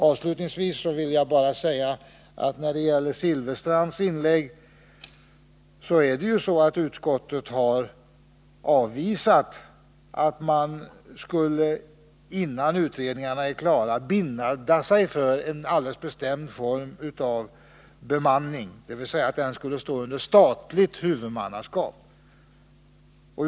Avslutningsvis vill jag när det gäller Bengt Silfverstrands inlägg bara säga att utskottet har avvisat tanken att man innan utredningarna är klara skall binda sig för en alldeles bestämd form för bemanning, dvs. att fyrplatsen skulle stå under statligt huvudmannaskap.